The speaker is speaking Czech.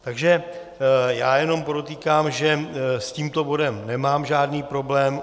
Takže jenom podotýkám, že s tímto bodem nemám žádný problém.